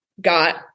got